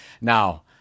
Now